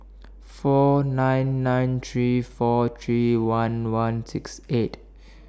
four nine nine three four three one one six eight